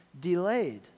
delayed